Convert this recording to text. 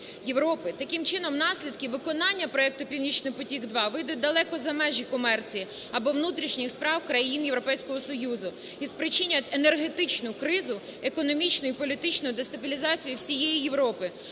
Таким чином наслідки виконання проекту "Північний потік 2" вийдуть далеко за межі комерції або внутрішніх справ країн Європейського Союзу і спричинять енергетичну кризу, економічну і політичну дестабілізацію всієї Європи,